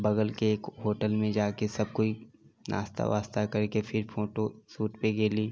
बगलके होटलमे जाके सब केओ नास्ता ओस्ता करिके फिर फोटो शूट पे गेली